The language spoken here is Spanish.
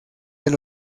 del